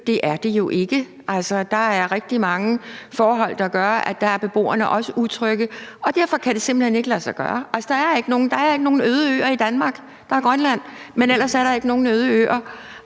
Det er det jo ikke. Altså, der er rigtig mange forhold, der gør, at der er beboerne også utrygge, og derfor kan det simpelt hen ikke lade sig gøre. Der er ikke nogen øde øer i Danmark – der er Grønland – men ellers er der ikke nogen øde øer.